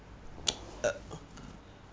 uh